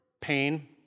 pain